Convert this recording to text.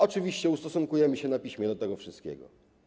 Oczywiście ustosunkujemy się na piśmie do tego wszystkiego.